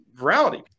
virality